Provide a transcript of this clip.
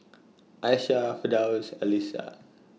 Aishah Firdaus Alyssa